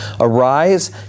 Arise